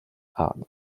hard